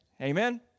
Amen